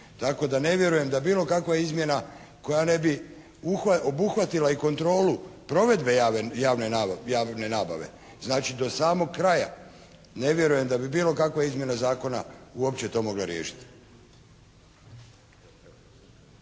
Tako da ne vjerujem da bilo kakva izmjena koja ne bi obuhvatila i kontrolu provedbe javne nabave, znači do samog kraja, ne vjerujem da bi bilo kakva izmjena zakona uopće to mogla riješiti.